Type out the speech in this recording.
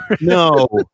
No